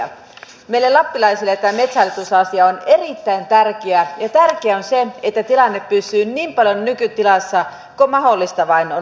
meille lappilaisille tämä metsähallitus asia on erittäin tärkeä ja tärkeää on se että tilanne pysyy niin paljon nykytilassa kuin mahdollista vain on olemassa